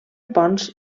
ponts